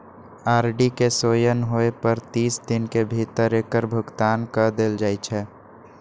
RD के सेयान होय पर तीस दिन के भीतरे एकर भुगतान क देल जाइ छइ